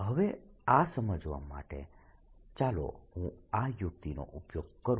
હવે આ સમજવા માટે ચાલો હું આ યુક્તિનો ઉપયોગ કરું